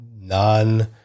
non